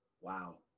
Wow